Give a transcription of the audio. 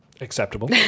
Acceptable